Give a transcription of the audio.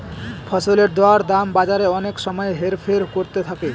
ফসলের দর দাম বাজারে অনেক সময় হেরফের করতে থাকে